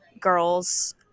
girls